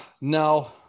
no